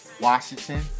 Washington